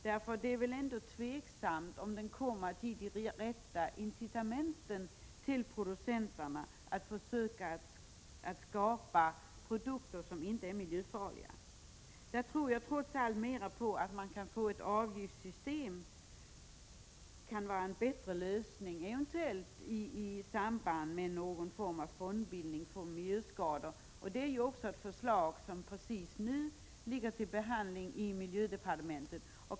Det är väl tveksamt om den skulle ge de rätta incitamenten till producenterna att försöka skapa produkter som inte är miljöfarliga. Ett avgiftssystem tror jag trots allt kan vara en bättre lösning, eventuellt i samband med någon form av fondbildning för miljöskador. Det är också ett förslag som precis nu behandlas i miljödepartementet.